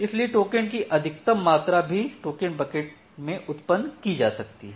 इसलिए टोकन की अधिकतम मात्रा भी टोकन बकेट में उत्पन्न की जा सकती है